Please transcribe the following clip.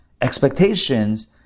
expectations